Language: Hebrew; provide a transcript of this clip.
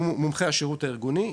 שהוא מומחה השירות הארגוני,